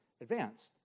advanced